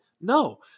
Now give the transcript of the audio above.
No